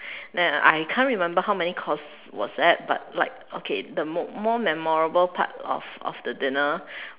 then I can't remember how many course was that but like okay the more memorable part of of the dinner